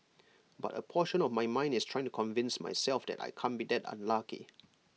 but A portion of my mind is trying to convince myself that I can't be that unlucky